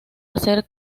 hacer